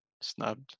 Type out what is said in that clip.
snubbed